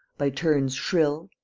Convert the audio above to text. by turns shrill,